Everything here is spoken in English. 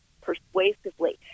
persuasively